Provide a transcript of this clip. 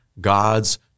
God's